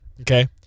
Okay